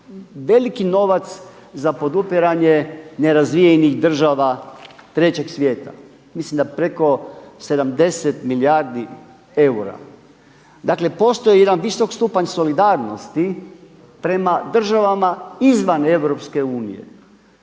veliki novac za podupiranje nerazvijenih država trećeg svijeta. Mislim da preko 70 milijardi eura. Dakle, postoji jedan visok stupanj solidarnosti prema državama izvan EU. To znači